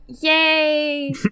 yay